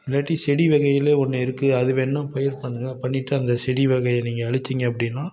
இல்லாட்டி செடி வகையிலேயே ஒன்று இருக்கு அது வேணுனா பயிர் பண்ணுங்கள் பண்ணிவிட்டு அந்த செடி வகையை நீங்கள் அழித்தீங்க அப்படின்னா